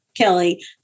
Kelly